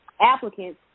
applicants